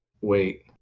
Wait